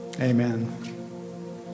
Amen